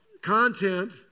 content